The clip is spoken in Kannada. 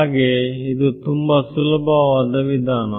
ಹಾಗೆ ಇದು ತುಂಬಾ ಸುಲಭವಾದ ವಿಧಾನ